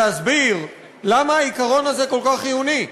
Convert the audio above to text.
להסביר למה העיקרון הזה כל כך חיוני.